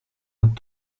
het